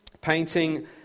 Painting